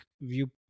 view